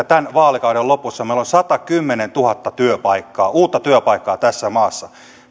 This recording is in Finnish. tämän vaalikauden lopussa meillä on satakymmentätuhatta uutta työpaikkaa tässä maassa